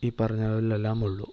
ഈ പറഞ്ഞതിലെല്ലാം ഉള്ളൂ